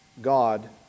God